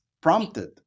prompted